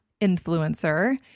influencer